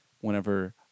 whenever